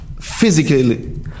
physically